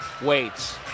waits